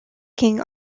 king